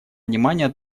внимания